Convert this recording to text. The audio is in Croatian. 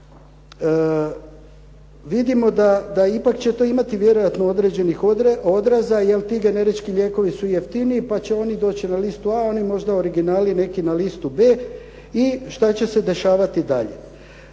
vidimo da ipak će to imati vjerojatno određenih odraza, jer ti generički lijekovi su jeftiniji pa će oni doći na listu A, a oni možda originalniji na listu B i što će se dešavati dalje?